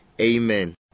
Amen